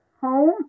home